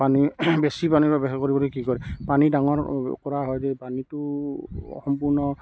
পানী বেছি পানী ব্যৱহাৰ কৰি কৰি কি কৰে পানী ডাঙৰ কৰা হেৰি পানীটো সম্পূৰ্ণ